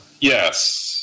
Yes